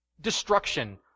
destruction